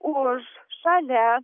už šalia